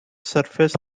surface